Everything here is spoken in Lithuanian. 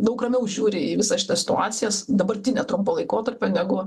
daug ramiau žiūri į visas šitas situacijas dabartinę trumpo laikotarpio negu